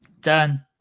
done